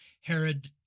Herod